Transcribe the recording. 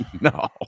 No